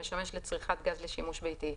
המשמש לצריכת גז לשימוש ביתי,